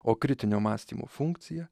o kritinio mąstymo funkciją